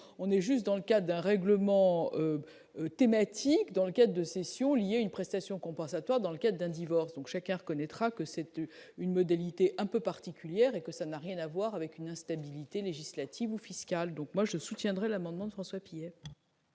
on est juste dans le cas d'un règlement thématique dans le cas de session, il y a une prestation compensatoire, dans le cas d'un divorce, donc chacun reconnaîtra que c'était une modalité un peu particulières, et que ça n'a rien à voir avec une instabilité législative ou fiscale, donc moi je soutiendrai l'amendement de François Pillet.